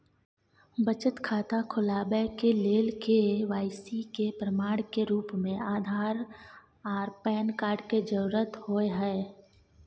बचत खाता खोलाबय के लेल के.वाइ.सी के प्रमाण के रूप में आधार आर पैन कार्ड के जरुरत होय हय